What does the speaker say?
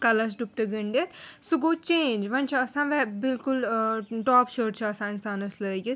کَلَس ڈُپٹہٕ گٔنٛڈِتھ سُہ گوٚو چینٛج وۄنۍ چھِ آسان وےٚ بلکل ٲں ٹاپ شٲرٹ چھِ آسان اِنسانَس لٲگِتھ